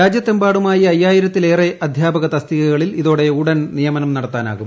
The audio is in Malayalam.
രാജ്യത്തെമ്പാടുമായി അയ്യായിരത്തിലേറെ അധ്യാപക തസ്തികകളിൽ ഇതോടെ ഉടൻ നിയമനം നടത്താനാകും